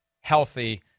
healthy